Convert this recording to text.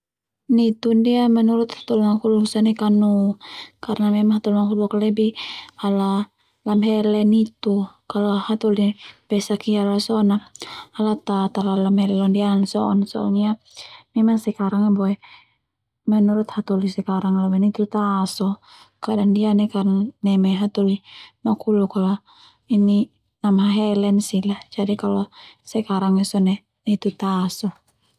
Nitu ndia menurut hatoli makhuluk sone kanu karna memang hatoli makhuluk lebih ala lamhele nitu. Kalo hatoli besak ia sone ala ta talalu lamhele londia anan so'on soalnya memang sekarang ia boe menurut hatoli sekarang ialah boe nitu ta so ka'da ndia kerna neme hatoli makhuluk ini lamhehelen sila jadi kalo sekarang ia sone nitu ta so.